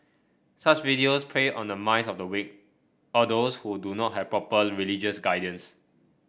such videos prey on the minds of the weak or those who do not have proper religious guidance